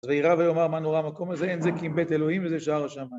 וירא ויאמר מה נורא המקום הזה, אין זה כי אם בית אלוהים וזה שער השמיים